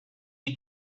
you